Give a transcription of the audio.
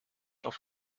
auf